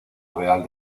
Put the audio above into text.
real